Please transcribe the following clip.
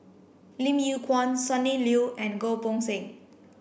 Lim Yew Kuan Sonny Liew and Goh Poh Seng